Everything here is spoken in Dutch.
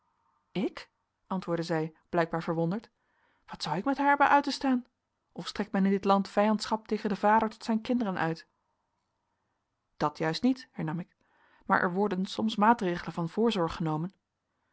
ik antwoordde zij blijkbaar verwonderd wat zou ik met haar hebben uit te staan of strekt men in dit land vijandschap tegen den vader tot zijn kinderen uit dat juist niet hernam ik maar er worden soms maatregelen van